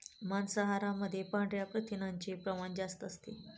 मांसाहारामध्ये पांढऱ्या प्रथिनांचे प्रमाण जास्त असते